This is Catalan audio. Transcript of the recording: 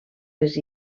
les